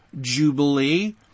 Jubilee